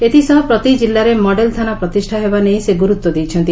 ଏଥି ସହ ପ୍ରତି ଜିଲ୍ଲାରେ ମଡେଲ ଥାନା ପ୍ରତିଷ୍ଠା ହେବା ନେଇ ସେ ଗୁରୁତ୍ ଦେଇଛନ୍ତି